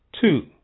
Two